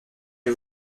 les